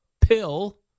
pill